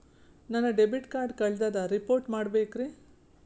ನನ್ನ debit card ಕಳ್ದದ report ಮಾಡಬೇಕ್ರಿ